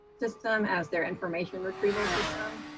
system, as their information retrieval system,